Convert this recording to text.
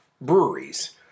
breweries